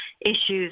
issues